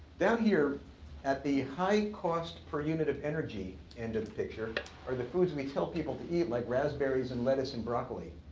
down here at the high cost per unit of energy end of the picture are the foods we tell people to eat. like raspberries, and lettuce, and broccoli.